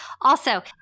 Also-